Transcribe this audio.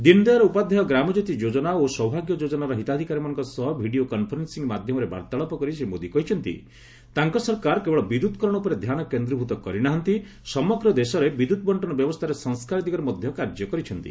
ଦୀନ୍ ଦୟାଲ୍ ଉପାଧ୍ୟାୟ ଗ୍ରାମଜ୍ୟୋତି ଯୋକନା ଓ ସୌଭାଗ୍ୟ ଯୋଜନାର ହିତାଧିକାରୀମାନଙ୍କ ସହ ଭିଡିଓ କନ୍ଫରେନ୍ସିଂ ମାଧ୍ୟମରେ ବାର୍ଭାଳାପ କରି ଶ୍ରୀ ମୋଦି କହିଛନ୍ତି ତାଙ୍କ ସରକାର କେବଳ ବିଦ୍ୟୁତ୍କରଣ ଉପରେ ଧ୍ୟାନ କେନ୍ଦ୍ରୀଭୂତ କରି ନାହାନ୍ତି ସମଗ୍ର ଦେଶରେ ବିଦ୍ୟୁତ୍ ବଣ୍ଟନ ବ୍ୟବସ୍ଥାରେ ସଂସ୍କାର ଦିଗରେ ମଧ୍ୟ କାର୍ଯ୍ୟ କରିଛନ୍ତି